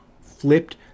flipped